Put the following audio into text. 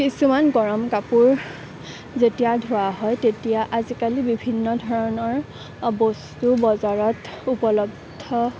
কিছুমান গৰম কাপোৰ যেতিয়া ধোৱা হয় তেতিয়া আজিকালি বিভিন্ন ধৰণৰ বস্তু বজাৰত উপলব্ধ